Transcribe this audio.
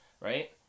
right